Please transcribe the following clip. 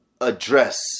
address